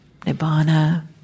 nibbana